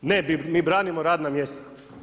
Ne, mi branimo radna mjesta.